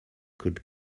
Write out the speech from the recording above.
could